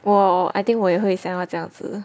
!whoa! I think 我也会想要这样子